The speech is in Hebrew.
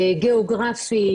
גאוגרפי.